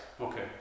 Okay